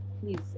please